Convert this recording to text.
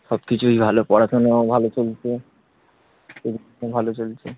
সব কিছুই ভালো পড়াশুনো ভালো চলছে ভালো চলছে